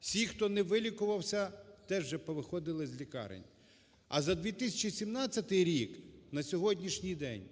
всі, хто не вилікувався, теж вже повиходили з лікарень. А за 2017 рік, на сьогоднішній день,